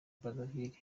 brazzaville